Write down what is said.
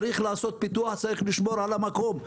צריך לעשות פיתוח, צריך לשמור על המקום.